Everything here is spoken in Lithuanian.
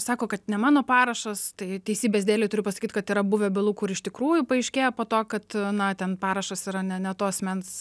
sako kad ne mano parašas tai teisybės dėlei turiu pasakyt kad yra buvę bylų kur iš tikrųjų paaiškėja po to kad na ten parašas yra ne ne to asmens